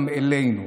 גם עלינו.